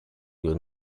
will